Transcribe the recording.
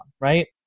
right